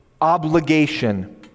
obligation